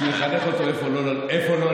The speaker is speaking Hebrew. בשביל לחנך אותו איפה לא להיות.